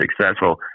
successful